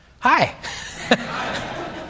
Hi